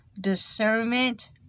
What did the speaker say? discernment